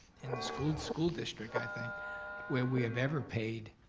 in the school school district i think where we have ever paid